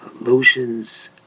lotions